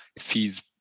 fees